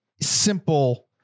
simple